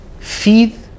Feed